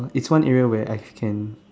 it's one area where ice can